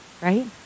right